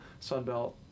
Sunbelt